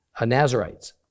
Nazarites